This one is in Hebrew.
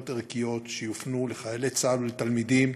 ערכיות שיופנו לחיילי צה"ל ולתלמידים.